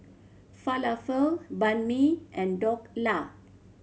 Falafel Banh Mi and Dhokla